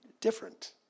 different